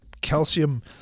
calcium